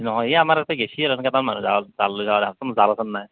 নহয় এই আমাৰ ইয়াতে গেছি জালখন নাই